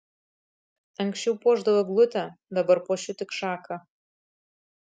anksčiau puošdavau eglutę dabar puošiu tik šaką